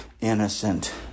innocent